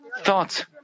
thoughts